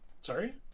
Sorry